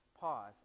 Pause